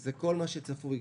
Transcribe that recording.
זה כל מה שצפוי.